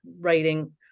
writing